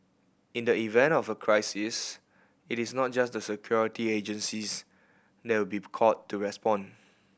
in the event of a crisis it is not just the security agencies that will be called to respond